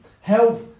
health